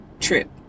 trip